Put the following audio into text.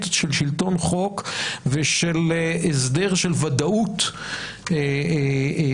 של שלטון חוק ושל הסדר של ודאות בחברה.